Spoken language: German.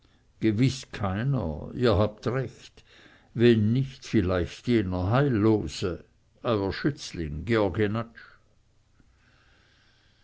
gewiß keiner ihr habt recht wenn nicht vielleicht jener heillose euer schützling georg